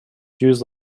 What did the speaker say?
use